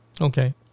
Okay